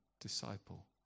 disciple